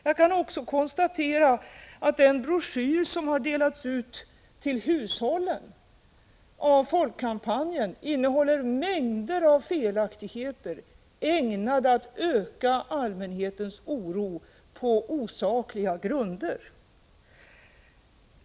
Jag kan också konstatera att den broschyr som av Folkkampanjen har delats ut till hushållen innehåller en mängd felaktigheter ägnade att på osakliga grunder öka allmänhetens oro.